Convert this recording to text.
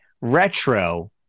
retro